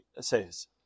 says